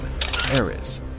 paris